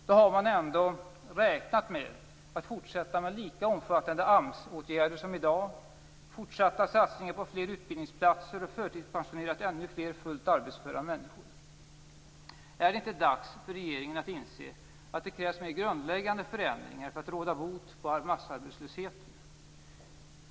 Då har man ändå räknat med att fortsätta med lika omfattande AMS-åtgärder som i dag och med satsningar på fler utbildningsplatser. Dessutom handlar det om att förtidspensionera ännu fler fullt arbetsföra människor. Är det inte dags för regeringen att inse att det krävs mera grundläggande förändringar för att råda bot på massarbetslösheten?